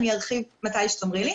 אני ארחיב מתי שתאמרי לי.